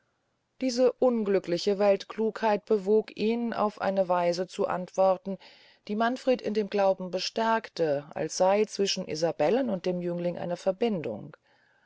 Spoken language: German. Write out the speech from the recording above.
diese unglückliche weltklugheit bewog ihn auf eine weise zu antworten die manfred in dem glauben bestärkte als sey zwischen isabellen und dem jüngling eine verbindung